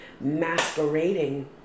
masquerading